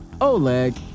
Oleg